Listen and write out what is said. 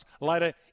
later